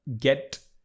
get